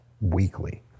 weekly